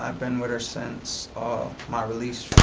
um been with her since my release